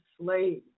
slaves